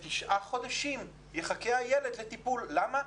שהילד יחכה תשעה חודשים לטיפול, ולמה?